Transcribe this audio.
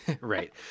Right